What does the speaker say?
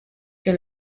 que